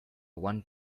one